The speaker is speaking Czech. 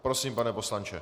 Prosím, pane poslanče.